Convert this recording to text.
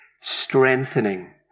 strengthening